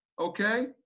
Okay